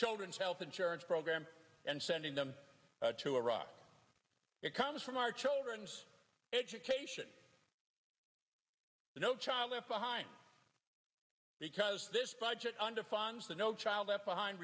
children's health insurance program and sending them to iraq it comes from our children's education no child left behind because this budget underfunded the no child left behind